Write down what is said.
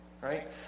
right